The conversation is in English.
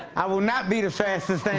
i will not be the fastest thing